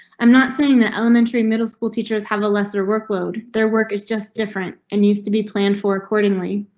i'm not saying the elementary middle school teachers have a lesser workload, their work is just different and used to be planned for accordingly,